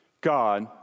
God